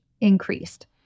increased